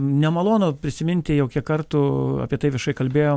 nemalonu prisiminti jau kiek kartų apie tai viešai kalbėjom